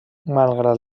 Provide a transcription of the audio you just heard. malgrat